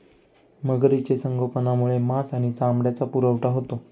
मगरीचे संगोपनामुळे मांस आणि चामड्याचा पुरवठा होतो